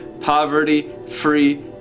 poverty-free